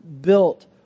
built